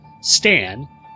Stan